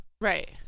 Right